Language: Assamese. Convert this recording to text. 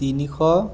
তিনিশ